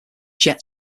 jet